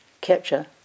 capture